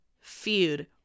feud